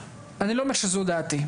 אני לא אומר שזו דעתי.